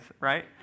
right